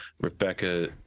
Rebecca